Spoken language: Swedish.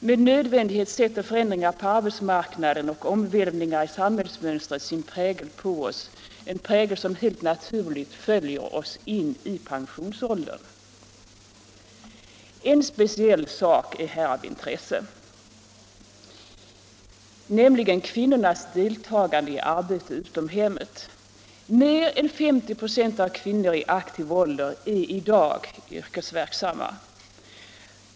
Med nödvändighet sätter förändringar på arbetsmarknaden och omvälvningar i samhällsmönstret sin prägel på oss, en prägel som helt naturligt följer oss in i pensionsåldern. En speciell sak är här av intresse, nämligen kvinnornas deltagande i arbete utom hemmet. Mer än 50 ?6 av kvinnor i aktiv ålder är i dag yrkesverksamma.